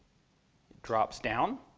drops down.